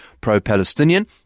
pro-Palestinian